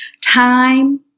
Time